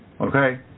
Okay